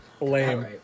Lame